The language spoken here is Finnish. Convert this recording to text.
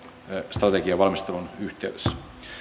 strategian valmistelun yhteydessä